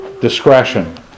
Discretion